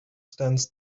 stands